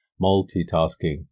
Multitasking